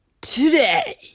Today